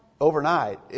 overnight